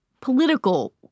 political